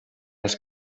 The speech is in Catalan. els